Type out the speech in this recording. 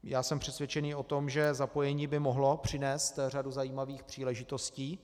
Já jsem přesvědčený o tom, že zapojení by mohlo přinést řadu zajímavých příležitostí.